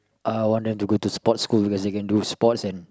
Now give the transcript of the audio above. uh I want them to go to sport school because they can do sports and